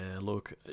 look